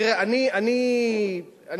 תראה, אני לא